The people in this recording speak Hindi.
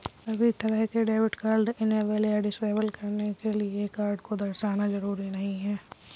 सभी तरह के डेबिट कार्ड इनेबल या डिसेबल करने के लिये कार्ड को दर्शाना जरूरी नहीं है